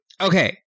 Okay